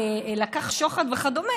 לקח שוחד וכדומה,